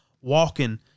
walking